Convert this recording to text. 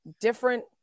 different